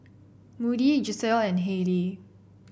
Moody Gisselle and Haylie